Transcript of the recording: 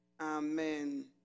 Amen